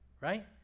right